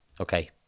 Okay